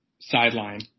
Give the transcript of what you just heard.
sideline